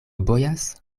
bojas